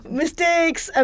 mistakes